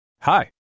Hi